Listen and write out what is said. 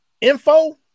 info